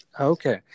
Okay